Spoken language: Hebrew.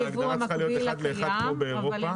אבל ההגדרה צריכה להיות אחת לאחת כמו באירופה,